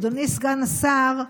אדוני סגן השר,